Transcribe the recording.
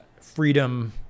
freedom